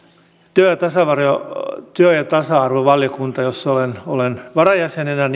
työ ja tasa arvovaliokunta jossa olen olen varajäsenenä